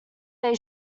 they